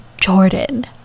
jordan